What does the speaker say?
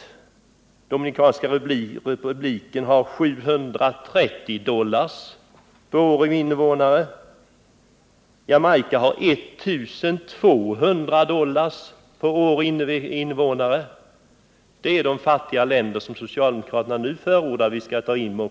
I Dominikanska republiken har man 730 dollar, ochpå Jamacia har man 1 200 dollar per år och invånare. Det är de fattiga länder socialdemokraterna nu förordar att vi skall ta med.